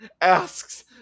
asks